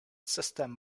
system